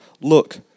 Look